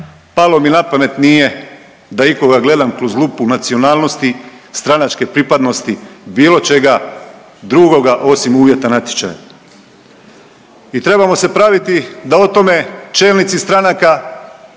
Palo mi na pamet nije da ikoga gledam kroz lupu nacionalnosti, stranačke pripadnosti, bilo čega drugoga osim uvjeta natječaja. I trebamo se praviti da o tome čelnici stranaka